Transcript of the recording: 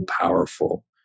powerful